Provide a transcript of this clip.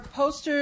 posters